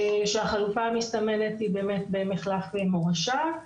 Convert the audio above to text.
כאשר החלופה המסתמנת היא באמת מחלף מורשה.